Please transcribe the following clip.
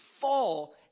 fall